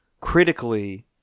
Critically